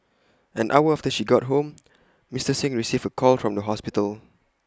an hour after she got home Mister Singh received A call from the hospital